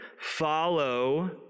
follow